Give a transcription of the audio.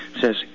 says